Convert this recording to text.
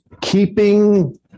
keeping